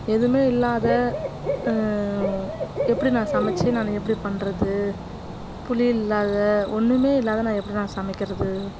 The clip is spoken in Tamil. எதுவுமே இல்லாது எப்படி நான் சமைச்சு நான் எப்படி பண்ணுறது புளி இல்லாது ஒன்றுமே இல்லாது நான் எப்படி நான் சமைக்கிறது